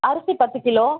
அரிசி பத்து கிலோ